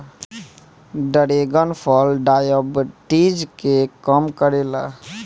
dragon फल diabetes के कम करेला